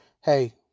hey